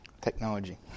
Technology